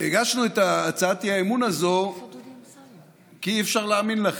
הגשנו את הצעת האי-אמון הזאת כי אי-אפשר להאמין לכם,